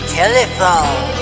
telephone